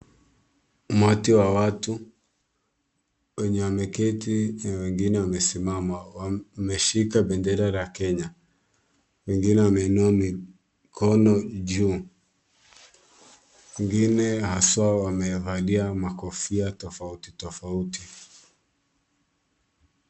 Umati wa watu wenye wameketi na wengine wamesimama wameshika bendera la Kenya wengine wameinua mikono juu. Wengine hasa wamevalia makofia tofauti tofauti.